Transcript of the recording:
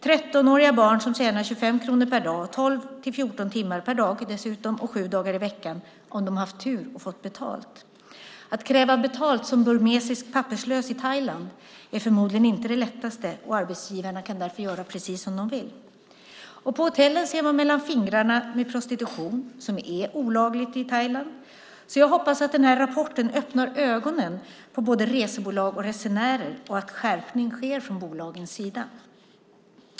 13-åriga barn tjänar 25 kronor per dag och jobbar 12-14 timmar per dag och 7 dagar i veckan om de har haft tur och fått betalt. Att kräva betalt som burmesisk papperslös i Thailand är förmodligen inte det lättaste, och arbetsgivarna kan därför göra precis som de vill. På hotellen ser man mellan fingrarna med prostitution, som är olagligt i Thailand. Jag hoppas att den här rapporten öppnar ögonen på både resebolag och resenärer och att skärpning sker från bolagens sida.